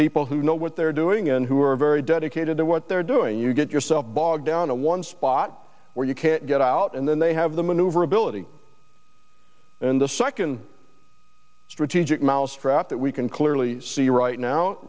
people who know what they're doing and who are very dedicated to what they're doing you get yourself bogged down in one spot where you can't get out and then they have the maneuverability and the second strategic mousetrap that we can clearly see right now